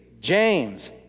James